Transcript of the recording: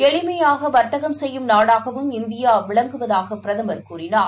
எளிமையாகவர்த்தகம் செய்யும் நாடாகவும் இந்தியாவிளங்குவதாகபிரதமர் கூறினார்